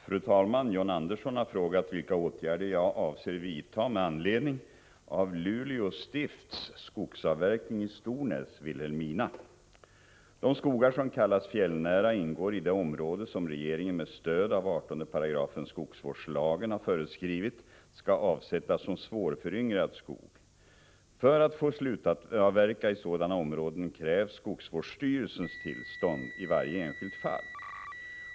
2 FAN Fru talman! John Andersson har frågat vilka åtgärder jag avser vidta med fåde TE BESRERORE De skogar som kallas fjällnära ingår i det område som regeringen med stöd av 188 skogsvårdslagen har föreskrivit skall avsättas som svårföryngrad skog. För att få slutavverka i sådana områden krävs skogsvårdsstyrelsens tillstånd i varje enskilt fall.